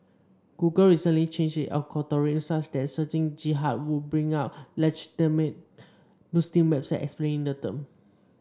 Google recently changed its algorithms such that searching Jihad would bring up legitimate Muslim websites explaining the term